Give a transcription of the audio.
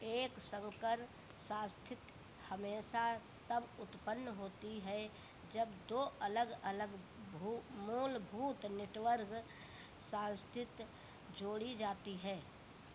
एक संकर सांस्थिति हमेशा तब उत्पन्न होती है जब दो अलग अलग भू मूलभूत नेटवर्क सांस्थिति जोड़ी जाती हैं